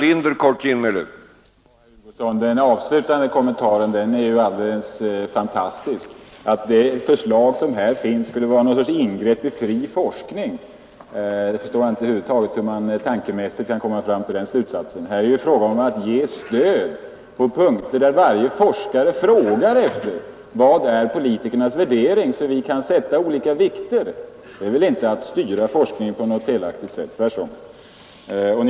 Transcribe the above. Herr talman! Den avslutande kommentaren, herr Hugosson, är ju alldeles fantastisk — att det förslag som här finns skulle innebära något slags ingrepp i fri forskning. Jag förstår inte hur man tankemässigt kan komma fram till den slutsatsen. Här är ju fråga om att ge stöd på punkter där varje forskare efterlyser politikernas värdering så att han kan sätta olika vikter. Det är väl inte att styra forskningen på något felaktigt sätt — tvärtom.